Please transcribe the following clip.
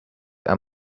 are